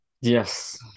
Yes